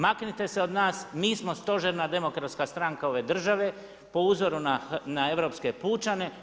Maknite se od nas, mi smo stožerna demokratska stranka ove države, po uzoru na europske pučane.